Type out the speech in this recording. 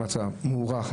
מוערך.